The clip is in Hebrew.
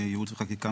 ייעוץ וחקיקה,